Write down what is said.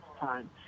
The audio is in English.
time